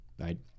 right